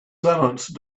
sentence